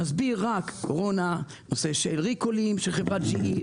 היה recall של חברת GE,